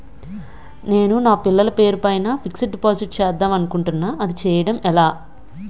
నేను నా పిల్లల పేరు పైన ఫిక్సడ్ డిపాజిట్ చేద్దాం అనుకుంటున్నా అది చేయడం ఎలా?